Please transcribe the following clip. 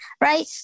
Right